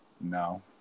No